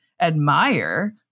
admire